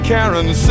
Karen